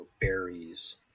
berries